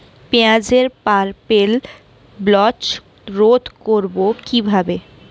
পেঁয়াজের purple blotch রোধ করবো কিভাবে?